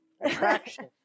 attraction